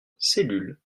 cellule